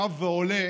שב ועולה